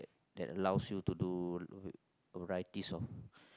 that allows you to do va~ varieties of